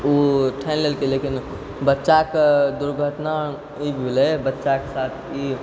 उ ठानि लेलकै लेकिन बच्चाके दुर्घटना ई भेलै बच्चाके साथ अथी ई भेलै